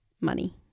money